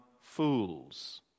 fools